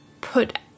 put